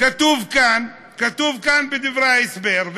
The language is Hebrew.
כתוב כאן בדברי ההסבר,